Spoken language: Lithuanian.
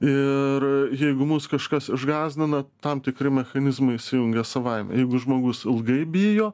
ir jeigu mus kažkas išgąsdina tam tikri mechanizmai įsijungia savaime jeigu žmogus ilgai bijo